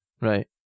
Right